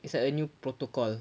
it's like a new protocol